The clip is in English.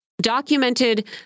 documented